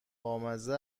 بامزه